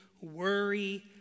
worry